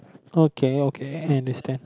okay okay understand